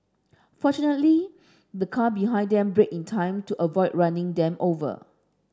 fortunately the car behind them braked in time to avoid running them over